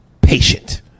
patient